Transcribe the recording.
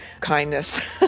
kindness